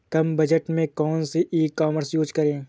कम budget में कौन सी ई कॉमर्स यूज़ करें?